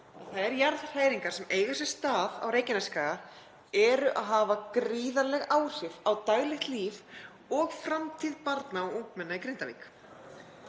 þær jarðhræringar sem eiga sér stað á Reykjanesskaga hafa gríðarleg áhrif á daglegt líf og framtíð barna og ungmenna í Grindavík.